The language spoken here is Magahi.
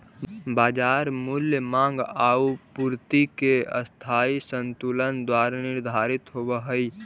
बाजार मूल्य माँग आउ पूर्ति के अस्थायी संतुलन द्वारा निर्धारित होवऽ हइ